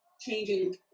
changing